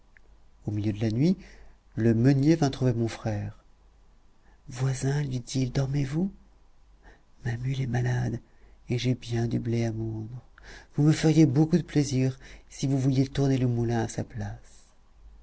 au milieu de la nuit le meunier vint trouver mon frère voisin lui dit-il dormez-vous ma mule est malade et j'ai bien du blé à moudre vous me feriez beaucoup de plaisir si vous vouliez tourner le moulin à sa place